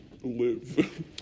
live